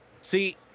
See